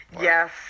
Yes